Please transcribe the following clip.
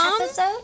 episode